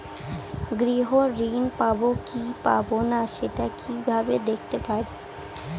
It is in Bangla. গৃহ ঋণ পাবো কি পাবো না সেটা কিভাবে দেখতে পারি?